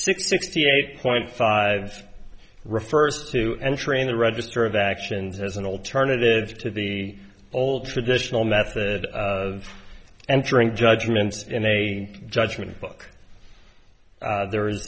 six sixty eight point five refers to entering the register of actions as an alternative to the old traditional method of entering judgments in a judgment book there is